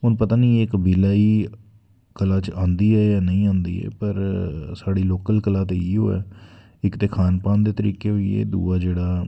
हून एह् पता निं इक्क विलेज़ गी कला च आंदी ऐ जां नेईं आंदी ऐ पर साढ़ी लोकल कला ते इयो ऐ इक्क ते खान पान दे तरीकै होइये जेह्ड़ा